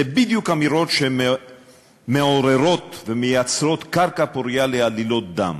אלה בדיוק האמירות שמעוררות ומייצרות קרקע פורייה לעלילות דם,